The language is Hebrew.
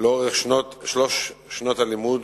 לאורך שלוש שנות הלימוד